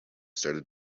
started